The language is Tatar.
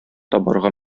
табарга